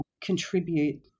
contribute